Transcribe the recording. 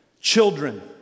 children